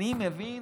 אני מבין